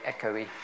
echoey